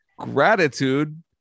Gratitude